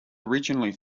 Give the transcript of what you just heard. originally